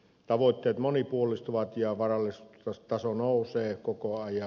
tavoitteet monipuolistuvat ja varallisuustaso nousee koko ajan